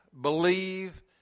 believe